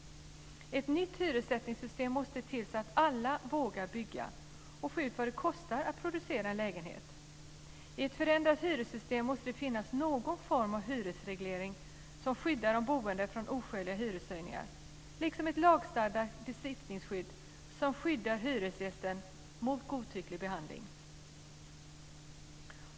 Ett nytt hyressättningssystem måste till så att alla vågar bygga och få ut vad det kostar att producera en lägenhet. I ett förändrat hyressystem måste det finnas någon form av hyresreglering som skyddar de boende från oskäliga hyreshöjningar, liksom ett lagstadgat besittningsskydd som skyddar hyresgästen mot godtycklig behandling.